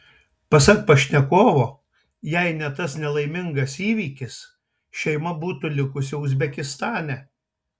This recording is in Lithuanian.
pasak pašnekovo jei ne tas nelaimingas įvykis šeima būtų likusi uzbekistane